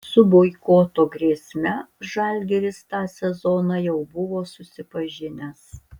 su boikoto grėsme žalgiris tą sezoną jau buvo susipažinęs